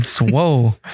Whoa